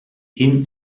hin